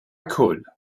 could